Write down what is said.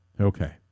Okay